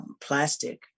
plastic